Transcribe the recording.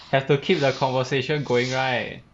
have to keep the conversation going right